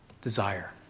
desire